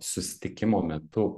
susitikimo metu